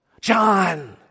John